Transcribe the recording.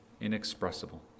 inexpressible